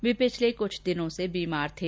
वे पिछले कुछ दिनों से बीमार थे